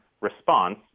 response